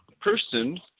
person